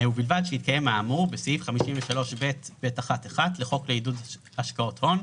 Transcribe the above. ובלבד שהתקיים האמור בסעיף 53ב(ב1)(1) לחוק עידוד השקעות הון,